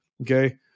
Okay